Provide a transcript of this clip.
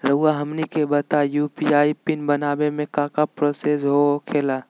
रहुआ हमनी के बताएं यू.पी.आई पिन बनाने में काका प्रोसेस हो खेला?